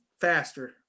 faster